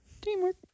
teamwork